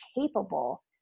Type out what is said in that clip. capable